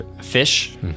Fish